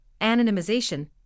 anonymization